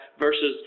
versus